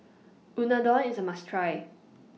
Unadon IS A must Try